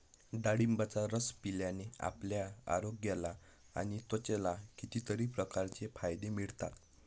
डाळिंबाचा रस पिल्याने आपल्या आरोग्याला आणि त्वचेला कितीतरी प्रकारचे फायदे मिळतात